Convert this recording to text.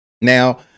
Now